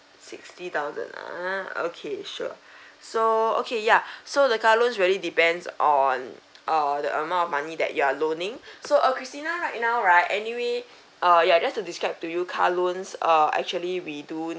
sixty thousand ah okay sure so okay ya so the car loans really depends on err the amount of money that you are loaning so err christina right now right anyway uh ya just to describe to you car loans uh actually we do need